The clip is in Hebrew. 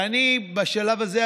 ואני בשלב הזה,